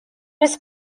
his